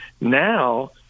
Now